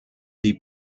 die